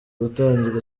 gutangira